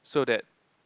so that